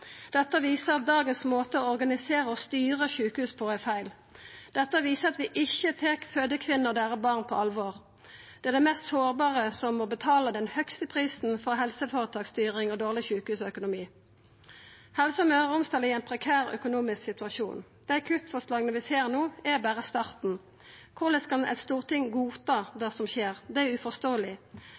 og styra sjukehus på er feil. Dette viser at vi ikkje tar fødande kvinner og barna deira på alvor. Det er dei mest sårbare som må betala den høgaste prisen for helseføretaksstyring og dårleg sjukehusøkonomi. Helse Møre og Romsdal er i ein prekær økonomisk situasjon. Dei kuttforslaga vi ser no, er berre starten. Korleis kan Stortinget godta det som skjer? Det er